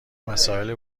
مسائل